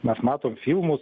mes matom filmus